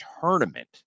tournament